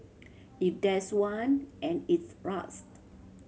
if there's one and its rust